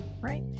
right